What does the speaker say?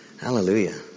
Hallelujah